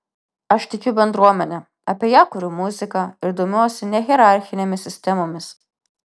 aš tikiu bendruomene apie ją kuriu muziką ir domiuosi nehierarchinėmis sistemomis